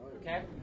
okay